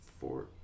four